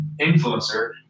influencer